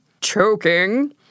choking